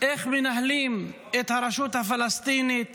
איך מנהלים את הרשות הפלסטינית